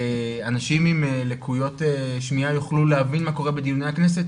אנשים על לקויות שמיעה יוכלו להבין מה קורה בדיוני הכנסת,